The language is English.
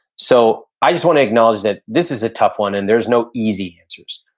so i just wanna acknowledge that this is a tough one and there's no easy answers.